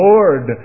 Lord